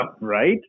right